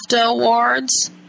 Awards